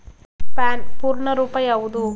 PAN ಪೂರ್ಣ ರೂಪ ಯಾವುದು?